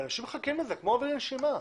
אנשים מחכים לזה בלי נשימה.